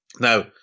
Now